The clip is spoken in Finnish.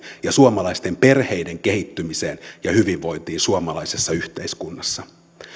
ja suomalaisten perheiden kehittymiseen ja hyvinvointiin suomalaisessa yhteiskunnassa